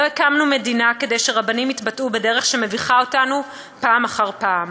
לא הקמנו מדינה כדי שרבנים יתבטאו בדרך שמביכה אותנו פעם אחר פעם.